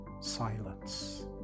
silence